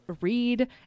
read